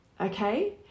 Okay